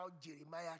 Jeremiah